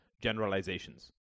generalizations